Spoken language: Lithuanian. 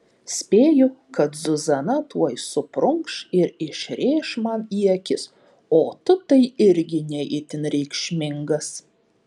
spėju kad zuzana tuoj suprunkš ir išrėš man į akis o tu tai irgi ne itin reikšmingas